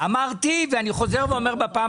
אמרתי ואני חוזר ואומר שלפני